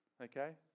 okay